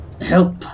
Help